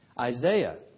Isaiah